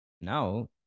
Now